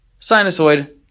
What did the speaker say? Sinusoid